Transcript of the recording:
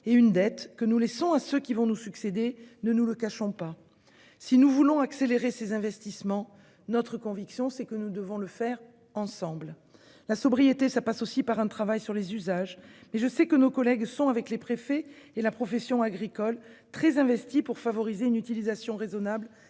et une dette que nous laissons à ceux qui vont nous succéder, ne nous le cachons pas. Si nous voulons accélérer ces investissements, nous devons le faire ensemble. La sobriété passe aussi par un travail sur les usages : je sais que nos collègues sont, avec les préfets et la profession agricole, très investis pour favoriser une utilisation raisonnable